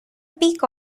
peak